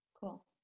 Cool